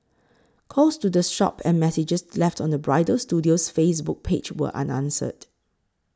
calls to the shop and messages left on the bridal studio's Facebook page were unanswered